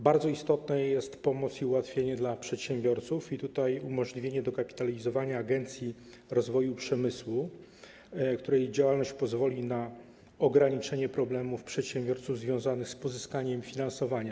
Bardzo istotne są ułatwienie i pomoc dla przedsiębiorców i umożliwienie dokapitalizowania Agencji Rozwoju Przemysłu, której działalność pozwoli na ograniczenie problemów przedsiębiorców związanych z pozyskaniem finansowania.